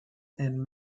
and